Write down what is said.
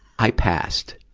i passed.